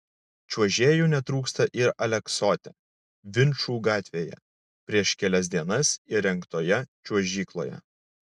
čiuožėjų netrūksta ir aleksote vinčų gatvėje prieš kelias dienas įrengtoje čiuožykloje